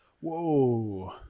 Whoa